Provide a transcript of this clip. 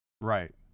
Right